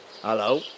Hello